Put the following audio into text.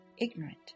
ignorant